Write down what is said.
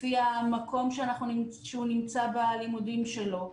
לפי המקום שהוא נמצא בלימודים שלו.